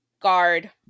guard